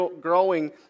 growing